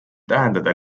tähendada